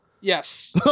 Yes